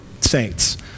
saints